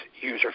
user